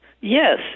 Yes